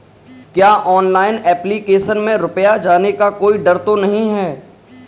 क्या online application में रुपया जाने का कोई डर तो नही है?